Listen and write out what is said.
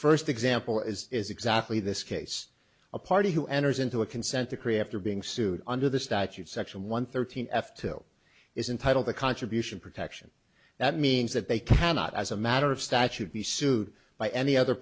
first example is is exactly this case a party who enters into a consent decree after being sued under the statute section one thirteen f two is entitled the contribution protection that means that they cannot as a matter of statute be sued by any other